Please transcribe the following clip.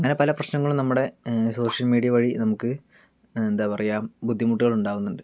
അങ്ങനെ പല പ്രശ്നങ്ങളും നമ്മുടെ സോഷ്യൽ മീഡിയ വഴി നമുക്ക് എന്താ പറയുക ബുദ്ധിമുട്ടുകൾ ഉണ്ടാകുന്നുണ്ട്